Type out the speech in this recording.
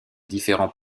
différents